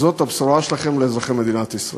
זאת הבשורה שלכם לאזרחי מדינת ישראל?